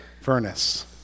furnace